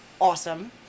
awesome